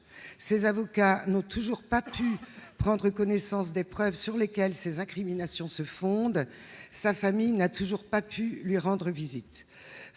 ses avocats n'ont toujours pas pu prendre connaissance des preuves sur lesquels ces incriminations se fonde sa famille n'a toujours pas pu lui rendre visite,